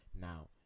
Now